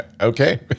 okay